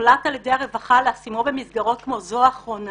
הוחלט על ידי הרווחה להשימו במסגרות כמו זו האחרונה